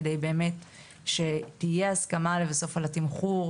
כדי שתהיה הסכמה על התמחור.